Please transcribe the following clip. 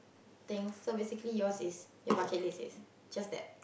things so basically yours is your bucket list is just that